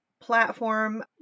platform